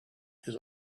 his